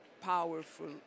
powerful